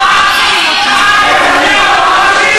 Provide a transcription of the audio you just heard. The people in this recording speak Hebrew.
מר נתניהו הפאשיסט.